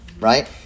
right